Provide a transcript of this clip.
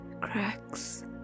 cracks